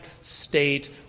state